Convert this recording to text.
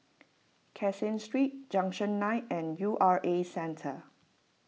Caseen Street Junction nine and U R A Centre